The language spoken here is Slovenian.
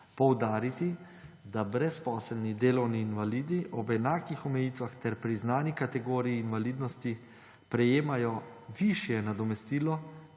poudariti, da brezposelni delovni invalidi ob enakih omejitvah ter priznani kategorijo invalidnosti prejemajo višje nadomestilo